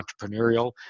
entrepreneurial